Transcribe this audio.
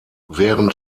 während